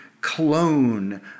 clone